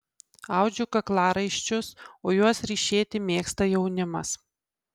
audžiu kaklaraiščius o juos ryšėti mėgsta jaunimas